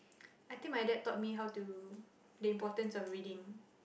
I think my dad taught me how to the importance of reading